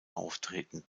auftreten